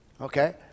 Okay